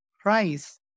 price